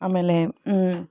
ಆಮೇಲೆ